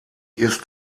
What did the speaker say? ist